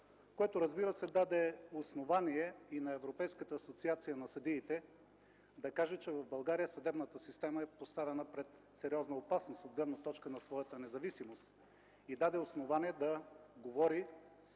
което, разбира се, даде основание и на Европейската асоциация на съдиите да каже, че в България съдебната система е поставена пред сериозна опасност, от гледна точка на своята независимост и даде основание да се говори